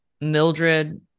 Mildred